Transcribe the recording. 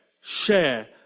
share